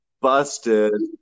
busted